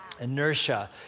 Inertia